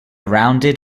rounded